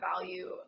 value